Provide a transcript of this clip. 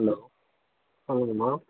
hello சொல்லுங்கமா